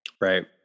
Right